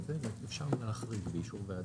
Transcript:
אפילו שזה לא בא ישר מהעץ.